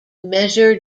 measure